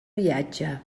viatge